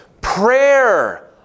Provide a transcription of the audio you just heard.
Prayer